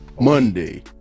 monday